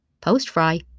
Post-fry